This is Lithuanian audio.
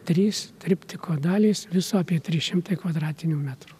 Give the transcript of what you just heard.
trys triptiko dalys viso apie trys šimtai kvadratinių metrų